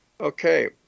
Okay